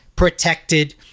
protected